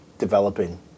Developing